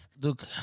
Look